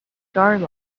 starlight